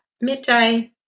midday